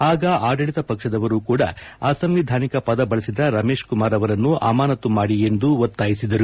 ಆಗ ಆಡಳತ ಪಕ್ಷದವರು ಕೂಡಾ ಅಸಂವಿಧಾನಿಕ ಪದ ಬಳಸಿದ ರಮೇಶ್ ಕುಮಾರ್ ಅವರನ್ನು ಅಮಾನತು ಮಾಡಿ ಎಂದು ಒತ್ತಾಯಿಸಿದರು